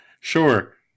Sure